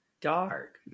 dark